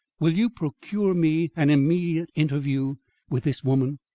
will you procure me an immediate interview with this woman?